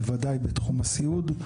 בוודאי בתחום הסיעוד,